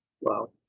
Wow